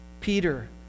Peter